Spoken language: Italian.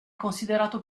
considerato